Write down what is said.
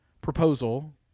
proposal